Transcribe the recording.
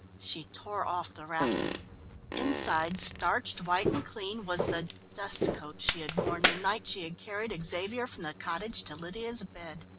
she tore off the wrapping inside, starched white and clean, was the dust coat she had worn the night she had carried xavier from the cottage to lydia's bed.